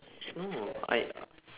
no I